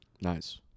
Nice